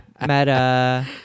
meta